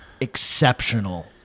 exceptional